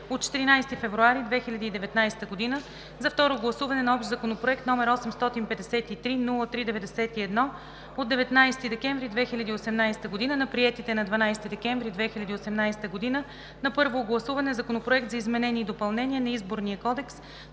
от 14 февруари 2019 г. за второ гласуване на общ законопроект № 853-03-91 от 19 декември 2018 г. на приетите на 12 декември 2018 г. на първо гласуване Законопроект за изменение и допълнение на Изборния кодекс,